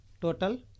Total